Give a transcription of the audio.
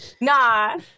Nah